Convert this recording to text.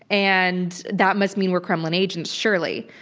and that must mean we're kremlin agents, surely.